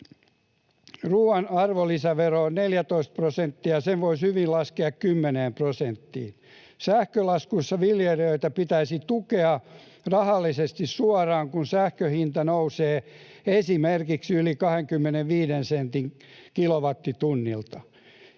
Ruuan arvonlisävero on 14 prosenttia, sen voisi hyvin laskea 10 prosenttiin. Sähkölaskuissa viljelijöitä pitäisi tukea rahallisesti suoraan, kun sähkön hinta nousee esimerkiksi yli 25 sentin kilowattitunnilta.